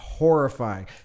Horrifying